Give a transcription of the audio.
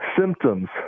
symptoms